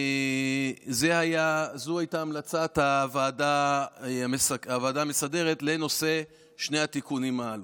זאת הייתה המלצת הוועדה המסדרת לנושא שני התיקונים הללו.